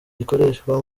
gikoreshwa